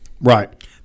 Right